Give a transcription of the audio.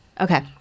Okay